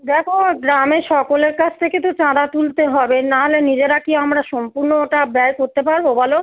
দেখো গ্রামের সকলের কাছ থেকে তো চাঁদা তুলতে হবে নাহলে নিজেরা কি আমরা সম্পূর্ণটা ব্যয় করতে পারবো বলো